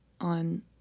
on